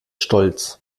stolz